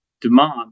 demand